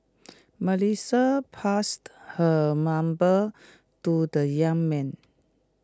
Melissa passed her number to the young man